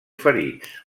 ferits